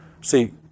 See